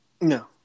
No